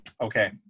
Okay